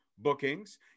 bookings